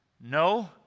no